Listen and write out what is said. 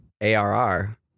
ARR